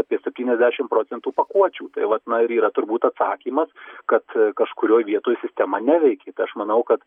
apie septyniasdešim procentų pakuočių tai vat na ir yra turbūt atsakymas kad kažkurioj vietoj sistema neveikia tai aš manau kad